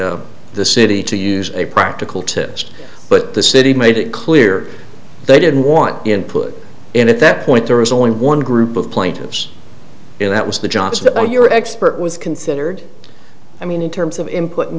the the city to use a practical tips but the city made it clear they didn't want him put in at that point there was only one group of plaintiffs in that was the johnson to your expert was considered i mean in terms of him put in